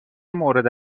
مورد